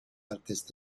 artes